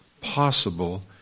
possible